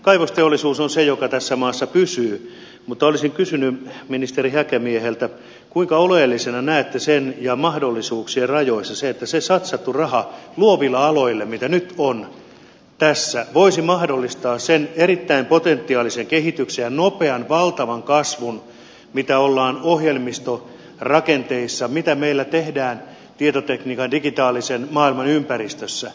kaivosteollisuus on se joka tässä maassa pysyy mutta olisin kysynyt ministeri häkämieheltä kuinka oleellisena ja mahdollisuuksien rajoissa näette sen että se satsattu raha luoville aloille mitä nyt on tässä voisi mahdollistaa sen erittäin potentiaalisen kehityksen ja nopean valtavan kasvun mitä on ohjelmistorakenteissa mitä meillä tehdään tietotekniikan digitaalisen maailman ympäristössä